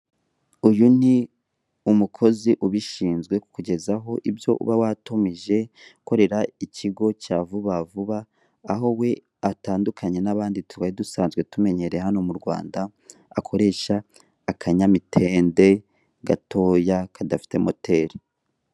Uyu ni umukozi ubishinzwe kukugezaho ibyo uba watumije aho we atandukanye n'abandi twari dusanzwe tumenyereye hano mu Rwanda akoresha akanyamitende gatoya kadafite moteri.